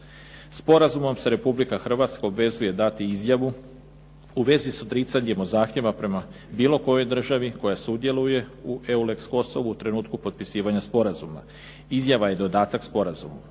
Sporazumom se Republika Hrvatska obvezuje dati izjavu u vezi s odricanjem od zahtjeva prema bilo kojoj državi koja sudjeluje u EULEX Kosovu u trenutku potpisivanja sporazuma. Izjava je dodatak sporazuma.